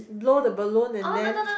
blow the balloon and then